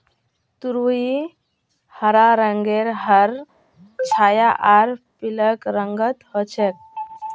तुरई हरा रंगेर हर छाया आर पीलक रंगत ह छेक